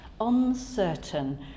uncertain